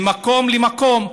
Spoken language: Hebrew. ממקום למקום.